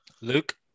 luke